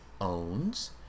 owns